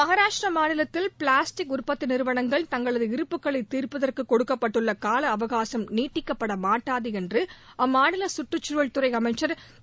மகாராஷ்ட்டிர மாநிலத்தில் பிளாஸ்டிக் உற்பத்தி நிறுவனங்கள் தங்களது இருப்புகளை தீர்ப்பதற்கு கொடுக்கப்பட்டுள்ள காலஅவகாசம் நீட்டிக்கப்பட மாட்டாது என்று அம்மாநில சுற்றுக்சூழல் துறை அமைச்சர் திரு